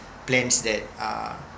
plans that are